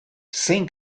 zein